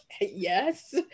yes